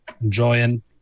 Enjoying